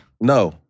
No